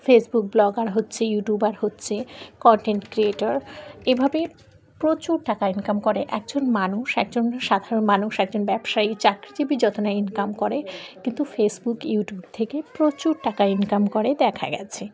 Facebook blogger হচ্ছে YouTuber হচ্ছে content creator এভাবে প্রচুর টাকা ইনকাম করে একজন মানুষ একজন সাধারণ মানুষ একজন ব্যবসায়ী চাকরিজীবী যত না ইনকাম করে কিন্তু ফেসবুক ইউটিউব থেকে প্রচুর টাকা ইনকাম করে দেখা গিয়েছে